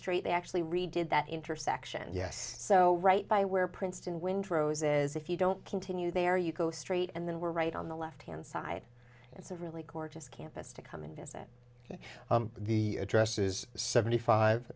straight they actually redid that intersection yes so right by where princeton windrows is if you don't continue there you go straight and then we're right on the left hand side it's a really gorgeous campus to come and visit the addresses seventy five